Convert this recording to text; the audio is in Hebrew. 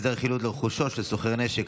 הסדר חילוט לרכושו של סוחר נשק),